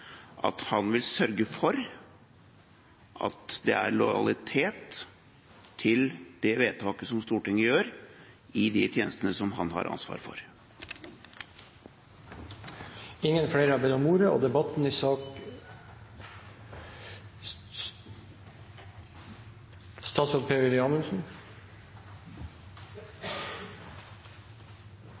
at han vil sørge for at det er lojalitet til det vedtaket som Stortinget gjør for de tjenestene som han har ansvaret for. Det er en selvfølge at jeg på vegne av regjeringen lojalt vil følge opp de vedtakene Stortinget fatter i